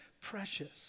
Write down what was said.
precious